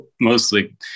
mostly